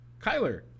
Kyler